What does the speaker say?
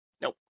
Nope